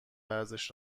ورزش